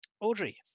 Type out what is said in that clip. Audrey